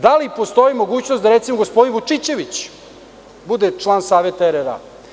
Da li postoji mogućnost da, recimo gospodin Vučićević bude član saveta RRA?